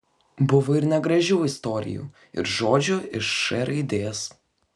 buvo ir negražių istorijų ir žodžių iš š raidės